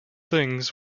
things